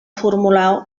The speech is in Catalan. formular